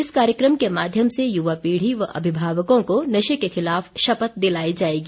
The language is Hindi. इस कार्यकम के माध्यम से युवा पीढ़ी व अभिभावकों को नशे के खिलाफ शपथ दिलाई जायेगी